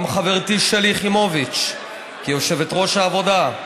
גם חברתי שלי יחימוביץ, כיושבת-ראש העבודה: